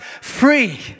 free